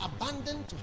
abandoned